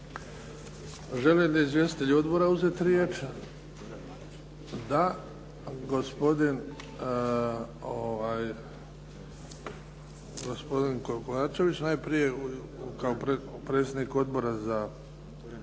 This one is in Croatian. Želi li izvjestitelji odbora uzeti riječ? Da. Gospodin Kovačević najprije kao predsjednik Odbora za